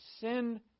sin